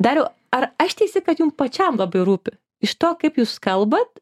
dariau ar aš teisi kad jum pačiam labai rūpi iš to kaip jūs kalbat